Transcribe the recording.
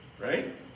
right